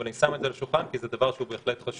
אבל אני שם את זה על השולחן כי זה דבר שהוא בהחלט חשוב.